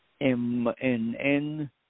MNN